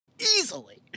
easily